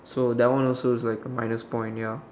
so that one also is like minus point ya